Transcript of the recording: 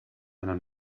einer